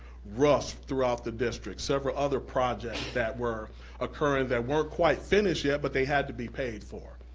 rushed throughout the district, several other projects that were occurring that weren't quite finished yet, but they had to be paid for.